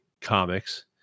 comics